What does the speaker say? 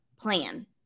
plan